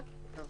כן.